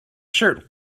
shirt